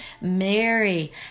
Mary